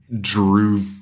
Drew